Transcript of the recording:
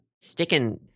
sticking